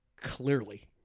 clearly